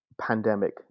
pandemic